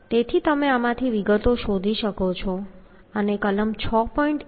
તેથી તમે આમાંથી વિગતો શોધી શકો છો અને કલમ 6